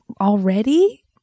already